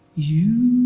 you